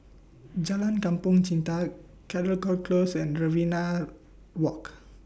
Jalan Kampong Chantek Caldecott Close and Riverina Walk